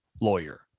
lawyer